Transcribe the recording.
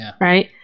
right